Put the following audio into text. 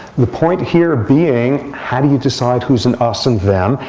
the point here being, how do you decide who is an us and them?